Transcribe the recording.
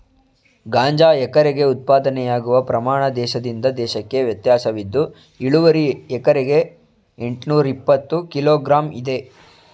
ಗಾಂಜಾ ಎಕರೆಗೆ ಉತ್ಪಾದನೆಯಾಗುವ ಪ್ರಮಾಣ ದೇಶದಿಂದ ದೇಶಕ್ಕೆ ವ್ಯತ್ಯಾಸವಿದ್ದು ಇಳುವರಿ ಎಕರೆಗೆ ಎಂಟ್ನೂರಇಪ್ಪತ್ತು ಕಿಲೋ ಗ್ರಾಂ ಇದೆ